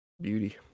beauty